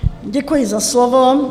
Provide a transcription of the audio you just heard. Děkuji za slovo.